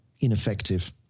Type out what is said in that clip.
ineffective